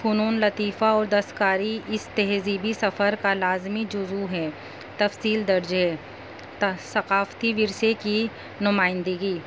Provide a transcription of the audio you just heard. فنونِ لطیفہ اور دستکاری اس تہذیبی سفر کا لازمی جزو ہے تفصیل درج ہے ثقافتی ورثے کی نمائندگی